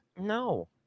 No